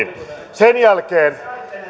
sen jälkeen